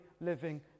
living